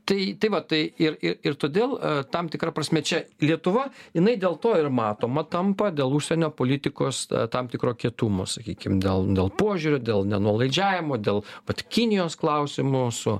tai tai va tai ir ir ir todėl tam tikra prasme čia lietuva jinai dėl to ir matoma tampa dėl užsienio politikos tam tikro kietumo sakykim dėl dėl požiūrio dėl nenuolaidžiavimo dėl vat kinijos klausimu su